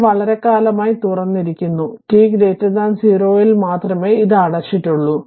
ഇത് വളരെക്കാലമായി തുറന്നിരിക്കുന്നു t 0 ൽ മാത്രമേ ഇത് അടച്ചിട്ടുള്ളൂ